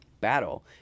battle